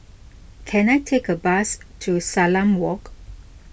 can I take a bus to Salam Walk